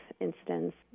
incidents